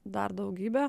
dar daugybė